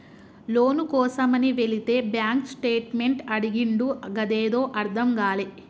లోను కోసమని వెళితే bank statement అడిగిండు గదేందో అర్థం గాలే